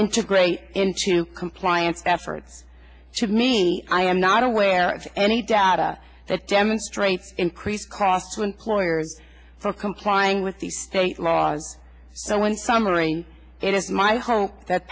integrate into compliance efforts should me i am not aware of any data that demonstrates increased costs when lawyers for complying with the state laws so in summary it is my hope that